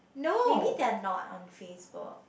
maybe they are not on Facebook